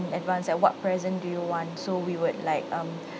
advance like what present do you want so we would like um